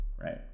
right